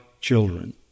children